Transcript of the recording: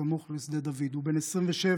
סמוך לשדה דוד, הוא בן 27,